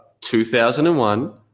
2001